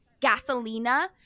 Gasolina